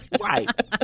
Right